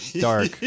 dark